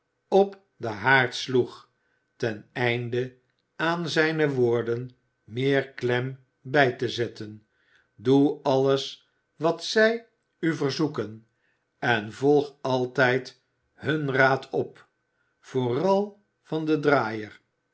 op den haard sloeg ten einde aan zijne woorden meer klem bij te zetten doe alles wat zij u verzoeken en volg altijd hun raad op vooral van den draaier